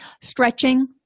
stretching